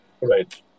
right